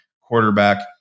quarterback